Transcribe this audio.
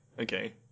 okay